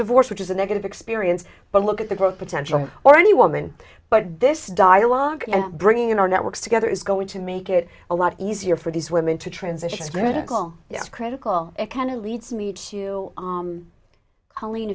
divorce which is a negative experience but look at the growth potential or any woman but this dialogue and bringing in our networks together is going to make it a lot easier for these women to transition is critical it's critical it kind of leads me to colleen